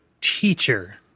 teacher